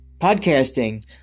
podcasting